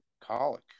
colic